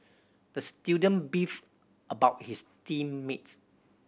the student beefed about his team mates